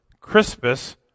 Crispus